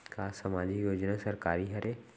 का सामाजिक योजना सरकारी हरे?